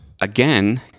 Again